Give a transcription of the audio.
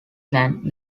sank